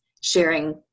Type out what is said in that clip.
sharing